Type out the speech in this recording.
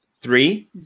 Three